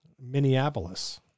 Minneapolis